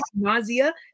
nausea